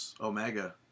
Omega